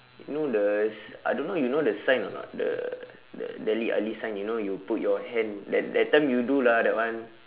you know the s~ I don't know you know the sign or not the the dele alli sign you know you put your hand that that time you do lah that one